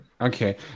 Okay